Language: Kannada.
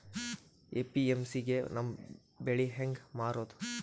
ಎ.ಪಿ.ಎಮ್.ಸಿ ಗೆ ನಮ್ಮ ಬೆಳಿ ಹೆಂಗ ಮಾರೊದ?